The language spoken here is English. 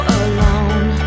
alone